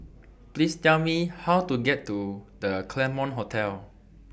Please Tell Me How to get to The Claremont Hotel